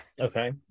Okay